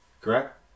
Correct